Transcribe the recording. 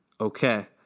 Okay